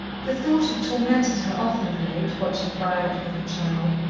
the thought had tormented her often of late, watching violet with her child,